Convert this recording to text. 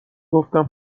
گفتم